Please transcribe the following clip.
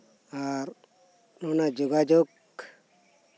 ᱟᱨ ᱚᱱᱟ ᱡᱳᱜᱟᱡᱳᱜ